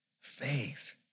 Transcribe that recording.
Faith